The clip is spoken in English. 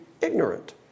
ignorant